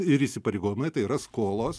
ir įsipareigojimai tai yra skolos